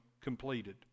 completed